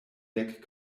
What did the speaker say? dek